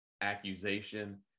accusation